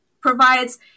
provides